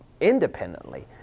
independently